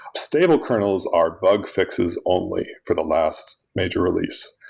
stable kernels are bug fixes only for the last major release.